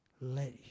Let